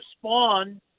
spawn